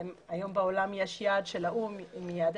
היום בעולם יש יעד של האו"מ עם יעדי